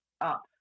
up